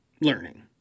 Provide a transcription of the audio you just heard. learning